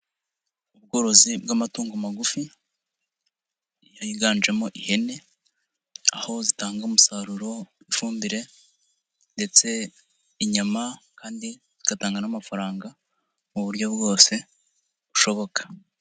Ubworozi bw'amatungo magufi, yiganjemo ihene, aho zitanga umusaru, ifumbire ndetse inyama, kandi zigatanga n'amafaranga mu buryo bwose bushoboka.